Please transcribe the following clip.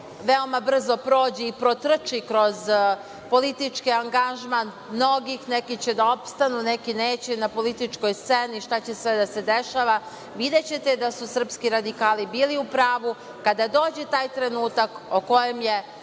veoma brzo prođe i protrči kroz politički angažman mnogih, neki će da opstanu, neki neće na političkoj sceni. Šta će sve da se dešava, videćete da su srpski radikali bili u pravu. Kada dođe taj trenutak o kojem je